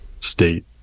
state